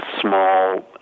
small